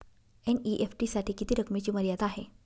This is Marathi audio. एन.ई.एफ.टी साठी किती रकमेची मर्यादा आहे?